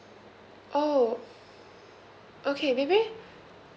oh okay maybe